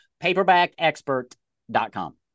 Paperbackexpert.com